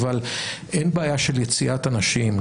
אבל אין בעיה של יציאת אנשים,